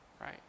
right